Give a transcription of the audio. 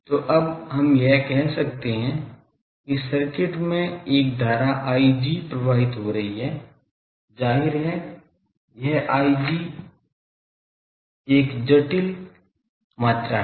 तो अब हम यह कह सकते हैं कि सर्किट में एक धारा Ig प्रवाहित हो रही है जाहिर है यह Ig एक जटिल मात्रा है